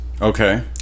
Okay